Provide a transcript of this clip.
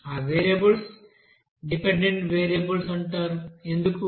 ఆ variables dependent variables అంటారు ఎందుకు